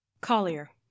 Collier